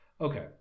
okay